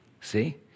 see